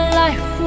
life